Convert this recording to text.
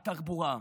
התחבורה,